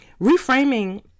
Reframing